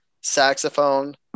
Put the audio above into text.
Saxophone